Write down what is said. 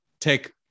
take